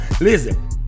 listen